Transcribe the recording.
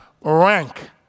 rank